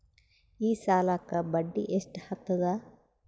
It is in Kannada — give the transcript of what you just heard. ಈ ಸಾಲಕ್ಕ ಬಡ್ಡಿ ಎಷ್ಟ ಹತ್ತದ?